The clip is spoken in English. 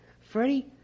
Freddie